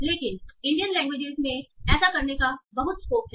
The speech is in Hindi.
लेकिन इंडियन लैंग्वेज में ऐसा करने का बहुत स्कोप है